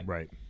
Right